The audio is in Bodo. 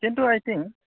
खिन्थु आइ थिंक